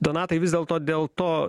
donatai vis dėlto dėl to